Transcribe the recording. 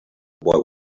boy